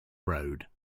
road